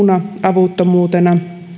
avuttomuutena